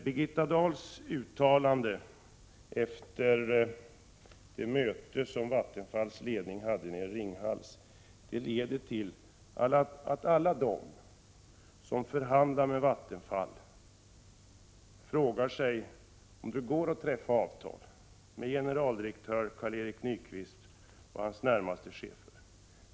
Birgitta Dahls uttalande efter det möte som Vattenfalls ledning hade nere i Ringhals leder till att alla de som förhandlar med Vattenfall frågar sig om det går att träffa avtal med generaldirektör Carl-Erik Nyquist och hans närmaste chefer.